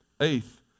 Eighth